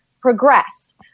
progressed